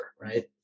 right